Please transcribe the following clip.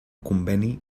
conveni